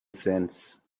since